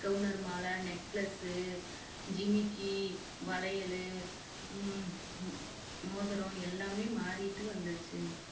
கவுண்டர்மாலை necklace ஜிமிக்கி வளையல் மோதுரம் எல்லாமே மாறிட்டு வந்துடுச்சு